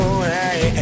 away